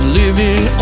living